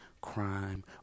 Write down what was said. crime